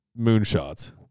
moonshots